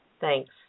Thanks